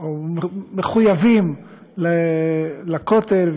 או מחויבים לכותל,